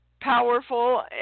powerful